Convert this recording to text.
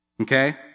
Okay